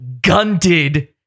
gunted